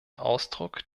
ausdruck